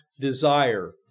desire